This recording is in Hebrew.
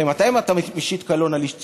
הרי מתי אתה משית קלון על איש ציבור?